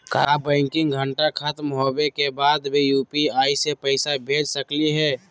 का बैंकिंग घंटा खत्म होवे के बाद भी यू.पी.आई से पैसा भेज सकली हे?